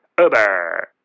uber